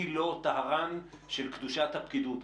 אני לא טהרן של קדושת הפקידות,